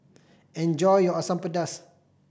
enjoy your Asam Pedas